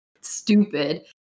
stupid